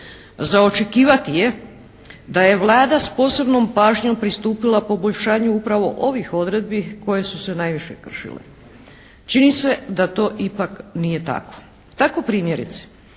Za očekivati je da je Vlada s posebnom pažnjom pristupila poboljšanju upravo ovih odredbi koje su se najviše kršile. Čini se da to ipak nije tako. Tako primjerice